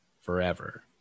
forever